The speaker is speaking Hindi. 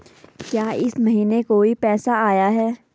क्या इस महीने कोई पैसा आया है?